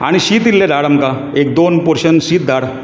आनी शीत इल्ले धाड आमकां एक दोन पोर्शन शीत धाड